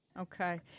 Okay